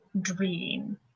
dream